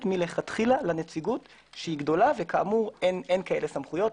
מלכתחילה לנציגות שהיא גדולה וכאמור אין כאלה סמכויות.